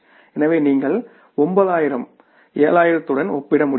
எனவே நீங்கள் 9000 ஐ 7000 உடன் ஒப்பிட முடியாது